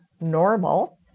normal